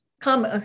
come